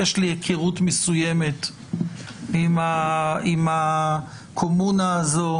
יש לי היכרות מסוימת עם הקומונה הזו.